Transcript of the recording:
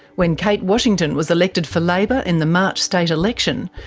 when kate washington was elected for labor in the march state election,